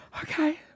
okay